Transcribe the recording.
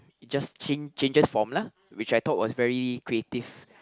it just change changes form lah which I thought was very creative